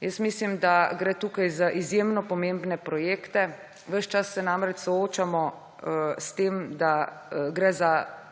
Mislim, da gre tukaj za izjemno pomembne projekte. Ves čas se namreč soočamo s tem, da gre